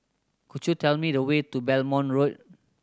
could you tell me the way to Belmont Road